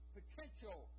potential